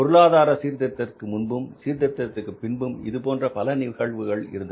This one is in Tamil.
பொருளாதார சீர்திருத்தத்திற்கு முன்பும் சீர்திருத்தத்திற்கு பின்பும் இதுபோன்று பல நிகழ்வுகள் இருந்தன